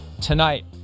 tonight